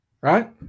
Right